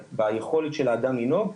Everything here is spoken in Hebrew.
ביכולת של האדם לנהוג,